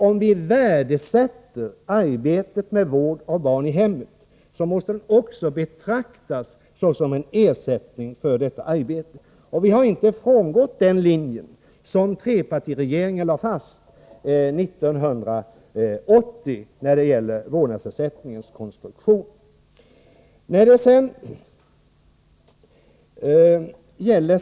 Om vi värdesätter arbetet med vård av barn i hemmet, måste denna ersättning betraktas såsom lön för detta arbete. Vi har inte frångått den linje som trepartiregeringen lade fast 1980 i fråga om vårdnadsersättningens konstruktion.